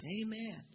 Amen